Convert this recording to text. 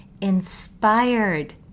Inspired